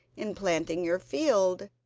in planting your field,